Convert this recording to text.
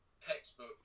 textbook